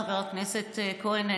חבר הכנסת כהן,